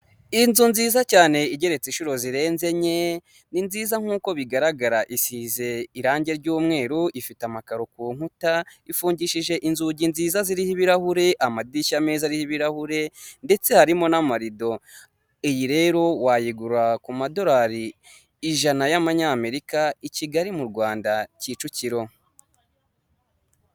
Kantine kandi ikaba ifite ibikoresho bigiye bitandukanye ikaba itanga serivise nziza kandi zinoze, bafite ibyo kurya, ibyo kunywa bitewe nibyo wifuza ushobora kubibona.